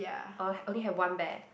oh only have one bear